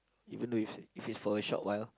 even thought its if it's for a short while